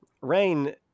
rain